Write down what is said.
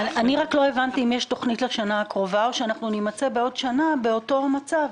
לא הבנתי אם יש תוכנית לשנה הקרובה או שנגיע לאותו מצב.